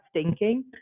stinking